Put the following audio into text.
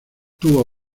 tuvo